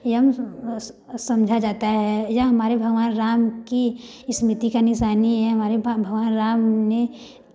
समझा जाता है या हमारे भगवान राम की स्मृति की निशानी है हमारे भगवान राम ने